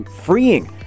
freeing